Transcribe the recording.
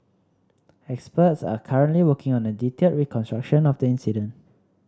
experts are currently working on a detailed reconstruction of the incident